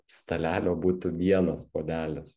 stalelio būtų vienas puodelis